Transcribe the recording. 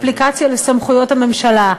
אפליקציה לסמכויות הממשלה,